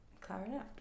clarinet